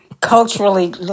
culturally